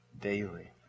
daily